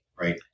right